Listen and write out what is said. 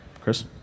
Chris